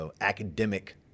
academic